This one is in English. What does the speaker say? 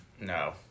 No